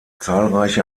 zahlreiche